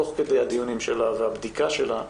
תוך כדי הדיונים שלה והבדיקה שלה,